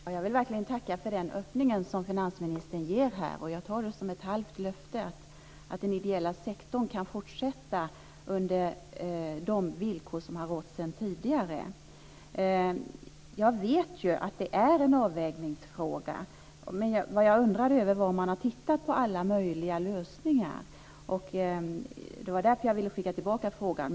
Fru talman! Jag vill verkligen tacka för den öppning som finansministern ger här. Jag tar det som ett halvt löfte om att den ideella sektorn kan fortsätta under de villkor som har rått sedan tidigare. Jag vet att det är en avvägningsfråga. Vad jag undrade över var om man har tittat på alla möjliga lösningar. Det var därför jag ville skicka tillbaka frågan.